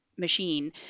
machine